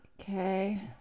okay